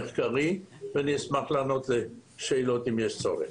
אני אשמח לענות לשאלות, אם יש צורך.